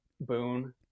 boon